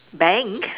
bank